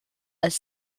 als